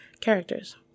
characters